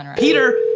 and peter,